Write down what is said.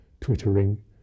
twittering